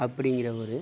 அப்டிங்கிற ஒரு